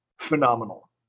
Phenomenal